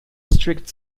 strict